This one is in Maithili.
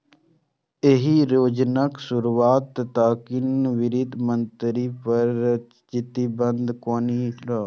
एहि योजनाक शुरुआत तत्कालीन वित्त मंत्री पी चिदंबरम केने रहै